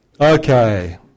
Okay